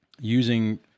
Using